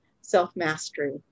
self-mastery